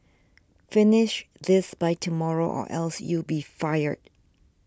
finish this by tomorrow or else you'll be fired